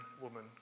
woman